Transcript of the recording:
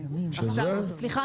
סליחה,